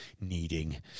needing